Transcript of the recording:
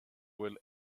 bhfuil